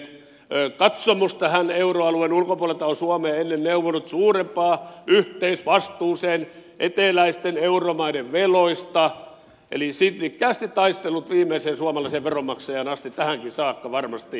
katsomus tähän euroalueen ulkopuolelta on suomea ennen neuvonut suurempaan yhteisvastuuseen eteläisten euromaiden veloista eli sinnikkäästi taistellut viimeiseen suomalaiseen veronmaksajaan asti tähänkin saakka varmasti